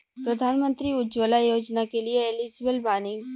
प्रधानमंत्री उज्जवला योजना के लिए एलिजिबल बानी?